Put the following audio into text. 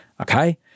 okay